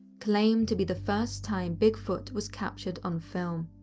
claimed to be the first time bigfoot was captured on film.